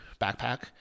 backpack